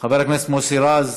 חבר הכנסת מוסי רז,